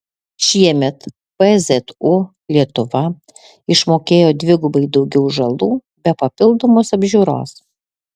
šiemet pzu lietuva išmokėjo dvigubai daugiau žalų be papildomos apžiūros